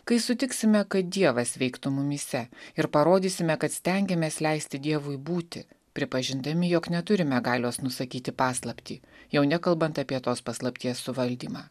kai sutiksime kad dievas veiktų mumyse ir parodysime kad stengiamės leisti dievui būti pripažindami jog neturime galios nusakyti paslaptį jau nekalbant apie tos paslapties suvaldymą